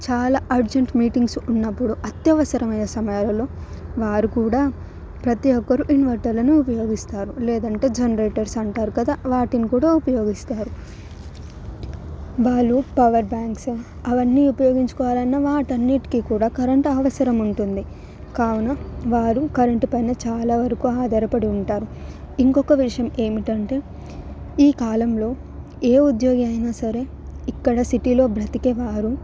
చాలా urgent meetings ఉన్నప్పుడు అత్యవసరమైన సమయంలో వారు కూడా ప్రతి ఒక్కరు ఇన్వెంటర్లను ఉపయోగిస్తారు లేదంటే జనరేటర్స్ అంటారు కదా వాటిని కూడా ఉపయోగిస్తారు వాళ్ళు పవర్ బ్యాంక్స్ అవన్నీ ఉపయోగించుకోవాలన్నా వాటి అన్నిటికీ కూడా కరెంట్ అవసరం ఉంటుంది కావున వారు కరెంటు పైన చాలా ఆధారపడి ఉంటారు ఇంకొక విషయం ఏమిటంటే ఈ కాలంలో ఏ ఉద్యోగి అయినా సరే ఇక్కడ సిటీలో బ్రతికేవారు